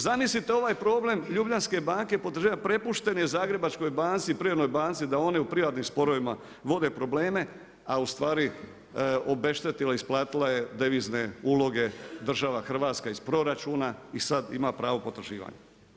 Zamislite ovaj problem Ljubljanske banke prepušten je Zagrebačkoj banci i Privrednoj banci da oni u privatnim sporovima vode problema, a ustvari obeštetila je isplatila je devizne uloge država Hrvatska iz proračuna i sada ima pravo potraživanja.